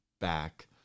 back